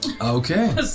Okay